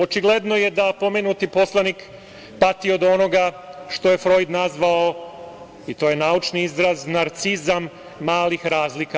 Očigledno je da pomenuti poslanik pati od onoga što je Frojd nazvao, to je naučni izraz, „narcizam malih razlika“